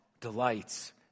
delights